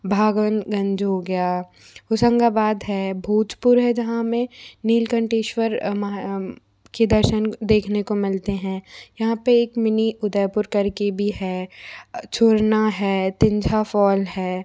भागवन गंज हो गया हुसंगाबाद है भोजपुर है जहाँ हमें नीलकंटेश्वर महा के दर्शन देखने को मिलते हैं यहाँ पे एक मिनी उदयपुर करके भी है छोरना है तिंझा फॉल है